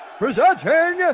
presenting